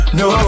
no